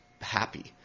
happy